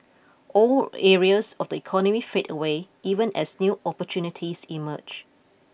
old areas of the economy fade away even as new opportunities emerge